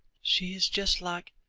she is just like